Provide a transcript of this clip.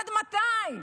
עד מתי?